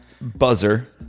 Buzzer